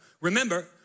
Remember